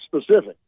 specific